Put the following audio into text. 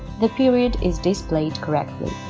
the period is displayed correctly.